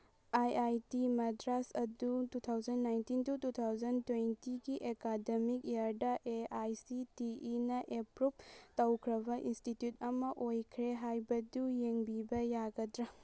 I I T Madras ꯑꯗꯨ two thousand nineteen two two thousand ꯇ꯭ꯋꯦꯟꯇꯤꯒꯤ academic ꯏꯌꯔꯗ A I C T E approve ꯇꯧꯈ꯭ꯔꯕ institute ꯑꯃ ꯑꯣꯏꯈ꯭ꯔꯦ ꯍꯥꯏꯕꯗꯨ ꯌꯦꯡꯕꯤꯕ ꯌꯥꯒꯗ꯭ꯔꯥ